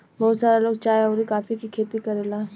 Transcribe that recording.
बहुत सारा लोग चाय अउरी कॉफ़ी के खेती करेला